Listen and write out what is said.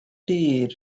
tea